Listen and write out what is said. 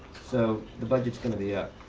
so the budget's going to be up.